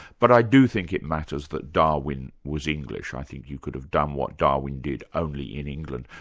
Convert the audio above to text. but i do think it matters that darwin was english, i think you could have done what darwin did only in england.